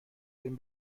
این